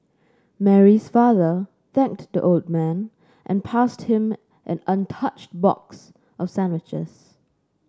Mary's father thanked the old man and passed him an untouched box of sandwiches